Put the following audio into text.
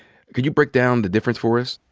could you break down the difference for us?